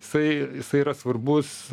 jisai jisai yra svarbus